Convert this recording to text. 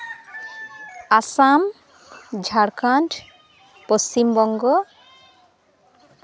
Assam Jharkhand Paschim Banga